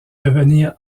devenir